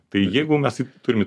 tai jeigu mes turime